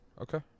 okay